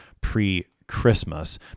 pre-Christmas